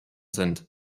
sind